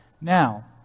Now